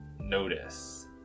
notice